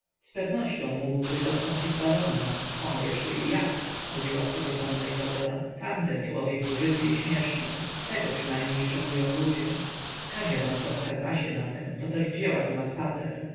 namyśle zpewnością mógłby zastąpić barona o jeszcze i jak mówiła w sobie panna izabela tamten człowiek zużyty i śmieszny tego przynajmniej szanują ludzie kazia wąsowska zna się na tem to też wzięła go na spacer